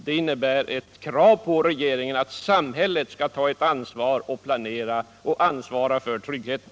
Det innebär ett krav på regeringen att samhället skall planera så att det ansvarar för tryggheten.